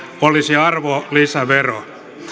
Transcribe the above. olisi arvonlisävero